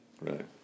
Right